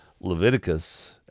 Leviticus